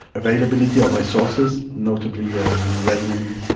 availability of resources, notably uranium,